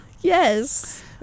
Yes